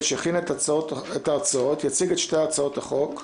שהכינה את ההצעות יציג את שתי הצעות החוק,